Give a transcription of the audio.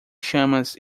chamas